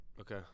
Okay